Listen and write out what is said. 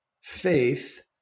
faith